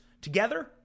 together